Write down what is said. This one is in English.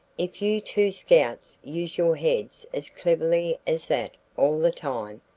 if you two scouts use your heads as cleverly as that all the time,